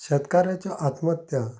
शेतकाराच्यो आत्मतहत्या